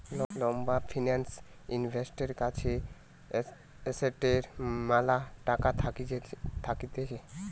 লম্বা ফিন্যান্স ইনভেস্টরের কাছে এসেটের ম্যালা টাকা থাকতিছে